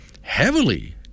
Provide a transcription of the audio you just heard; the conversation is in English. Heavily